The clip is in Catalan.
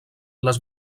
les